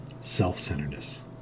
self-centeredness